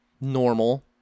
normal